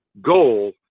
goal